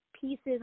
pieces